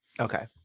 Okay